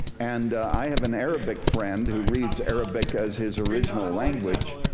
and i have an arabic friend, who reads arabic as his original language,